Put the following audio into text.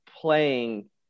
playing